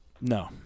No